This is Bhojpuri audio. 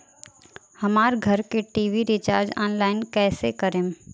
हमार घर के टी.वी रीचार्ज ऑनलाइन कैसे करेम?